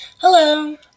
Hello